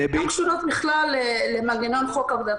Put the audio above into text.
הן שייכות בכלל למנגנון חוק עבודת